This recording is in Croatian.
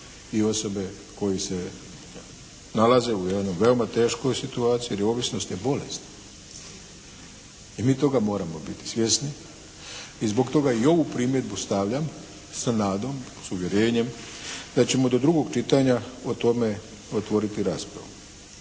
i osobe koje se nalaze u jednoj veoma teškoj situaciji jer ovisnost je bolest i mi toga moramo biti svjesni i zbog toga i ovu primjedbu stavljam s nadom, s uvjerenjem da ćemo do drugog čitanja o tome otvoriti raspravu.